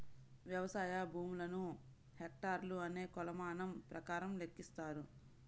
వ్యవసాయ భూములను హెక్టార్లు అనే కొలమానం ప్రకారం లెక్కిస్తారు